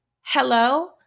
Hello